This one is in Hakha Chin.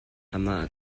amah